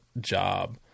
job